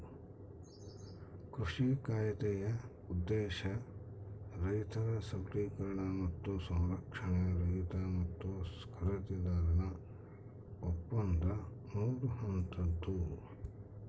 ಕೃಷಿ ಕಾಯ್ದೆಯ ಉದ್ದೇಶ ರೈತರ ಸಬಲೀಕರಣ ಮತ್ತು ಸಂರಕ್ಷಣೆ ರೈತ ಮತ್ತು ಖರೀದಿದಾರನ ಒಪ್ಪಂದ ಮೂರು ಹಂತದ್ದು